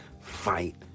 fight